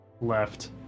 left